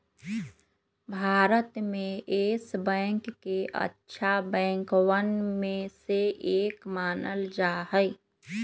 भारत में Yes Bank के अच्छा बैंकवन में से एक मानल जा हई